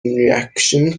reaction